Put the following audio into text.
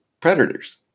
predators